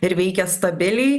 ir veikia stabiliai